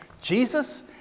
Jesus